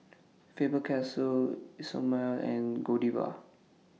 Faber Castell Isomil and Godiva